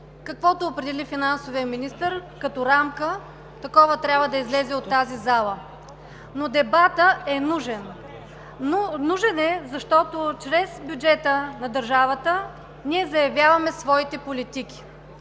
каквото определи финансовият министър като рамка, такова трябва да излезе от тази зала. Но дебатът е нужен – нужен е, защото чрез бюджета на държавата ние заявяваме своите политики.